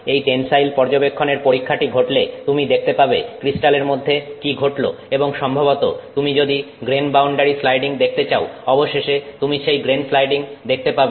এই টেনসাইল পর্যবেক্ষণের পরীক্ষাটি ঘটলে তুমি দেখতে পাবে ক্রিস্টালের মধ্যে কি ঘটলো এবং সম্ভবত তুমি যদি গ্রেন বাউন্ডারি স্লাইডিং দেখতে চাও অবশেষে তুমি সেই গ্রেন স্লাইডিং দেখতে পাবে